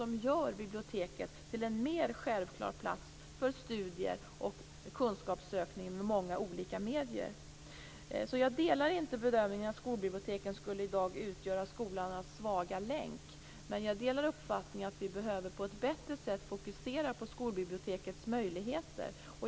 Det gör biblioteken till en mer självklar plats för studier och kunskapssökning med många olika medier. Jag delar alltså inte bedömningen att skolbiblioteken i dag utgör skolornas svaga länk. Men jag delar uppfattningen att vi på ett bättre sätt behöver fokusera på skolbibliotekens möjligheter.